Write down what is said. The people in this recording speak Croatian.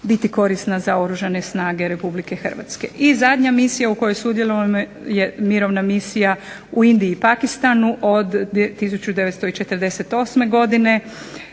biti korisna za oružane snage Republike Hrvatske. I zadnja misija u kojoj sudjelujemo je mirovna misija u Indiji i Pakistanu od 1948. godine.